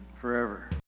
forever